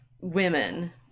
women